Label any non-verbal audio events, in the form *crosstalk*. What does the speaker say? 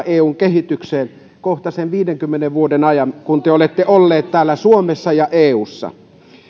*unintelligible* eun kehitykseen kohta sen viidenkymmenen vuoden ajan kun te olette toiminut täällä suomessa ja eussa